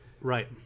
Right